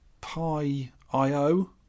Pi.io